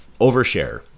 Overshare